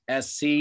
SC